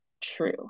true